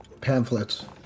pamphlets